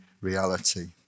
reality